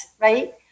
right